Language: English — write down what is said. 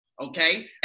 Okay